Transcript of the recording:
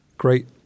Great